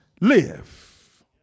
live